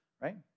right